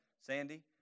Sandy